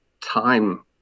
time